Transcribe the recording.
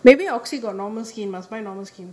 maybe oxy got normal skin he must buy normal skin